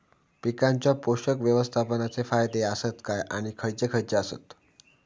पीकांच्या पोषक व्यवस्थापन चे फायदे आसत काय आणि खैयचे खैयचे आसत?